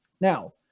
Now